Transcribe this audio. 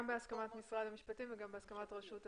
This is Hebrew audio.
בהסכמת משרד המשפטים וגם בהסכמת רשות התקשוב.